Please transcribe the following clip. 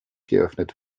geöffnet